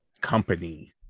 company